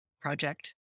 project